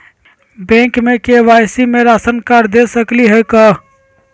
Bank में KYC में ration card दे सकली हई का?